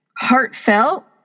heartfelt